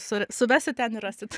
sur suvesit ten ir rasit